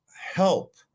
help